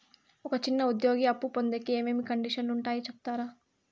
ఒక చిన్న ఉద్యోగి అప్పు పొందేకి ఏమేమి కండిషన్లు ఉంటాయో సెప్తారా?